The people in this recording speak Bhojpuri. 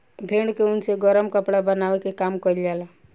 भेड़ के ऊन से गरम कपड़ा बनावे के काम कईल जाला